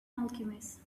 alchemist